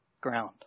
ground